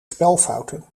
spelfouten